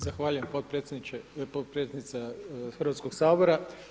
Zahvaljujem potpredsjednice Hrvatskog sabora.